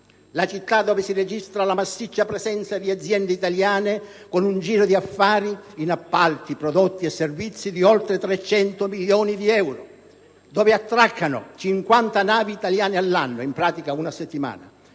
la città dove si registra la massiccia presenza di aziende italiane con un giro di affari, in appalti, prodotti e servizi, di oltre 300 milioni di euro; dove attraccano 50 navi italiane all'anno, in pratica una a settimana,